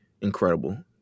Incredible